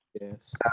Yes